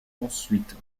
ensuite